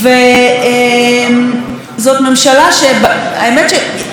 האמת שהיה יכול להיות לנו רמז לכך,